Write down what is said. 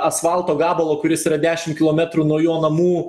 asfalto gabalo kuris yra dešim kilometrų nuo jo namų